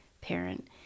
parent